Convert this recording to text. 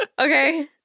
Okay